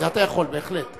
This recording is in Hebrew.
זה אתה יכול, בהחלט.